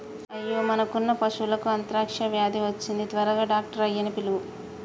అయ్యో మనకున్న పశువులకు అంత్రాక్ష వ్యాధి వచ్చింది త్వరగా డాక్టర్ ఆయ్యన్నీ పిలువు